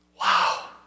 Wow